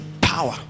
power